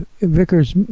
Vickers